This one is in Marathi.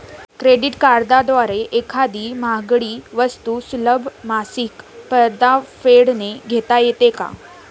क्रेडिट कार्डद्वारे एखादी महागडी वस्तू सुलभ मासिक परतफेडने घेता येते का?